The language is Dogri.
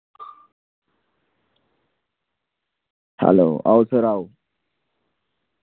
हैलो आओ सर आओ